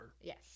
Yes